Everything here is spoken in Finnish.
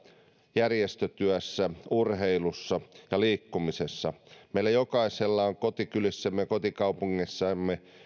järjestötyössä urheilussa ja liikkumisessa meillä jokaisella on kotikylissämme ja kotikaupungeissamme